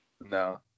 No